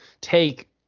take